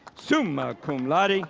summa cum laude,